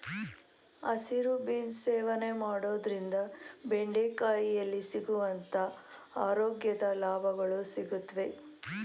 ಹಸಿರು ಬೀನ್ಸ್ ಸೇವನೆ ಮಾಡೋದ್ರಿಂದ ಬೆಂಡೆಕಾಯಿಯಲ್ಲಿ ಸಿಗುವಂತ ಆರೋಗ್ಯದ ಲಾಭಗಳು ಸಿಗುತ್ವೆ